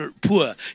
poor